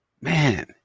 Man